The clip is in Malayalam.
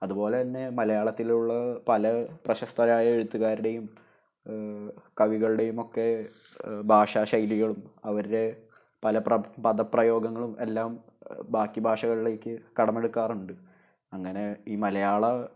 അതുപോലെ തന്നെ മലയാളത്തിലുള്ള പല പ്രശസ്തരായ എഴുത്തുകാരുടെയും കവികളുടെയും ഒക്കെ ഭാഷാ ശൈലികളും അവരുടെ പല പ്ര പദ പ്രയോഗങ്ങളും എല്ലാം ബാക്കി ഭാഷകളിലേക്കു കടമെടുക്കാറുണ്ട് അങ്ങനെ ഈ മലയാള